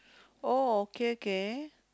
oh okay okay